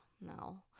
No